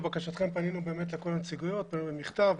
לבקשתכם, פנינו באמת לכל הנציגויות במכתב,